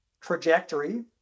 trajectory